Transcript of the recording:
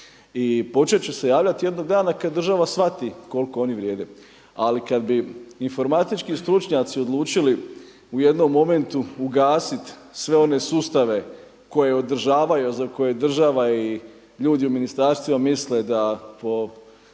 I počet će se javljati jednog dana kada država shvati koliko oni vrijede. Ali kad bi informatički stručnjaci odlučili u jednom momentu ugasit sve one sustave koje država i ljudi u ministarstvima misle da po slovu